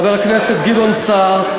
חבר הכנסת גדעון סער,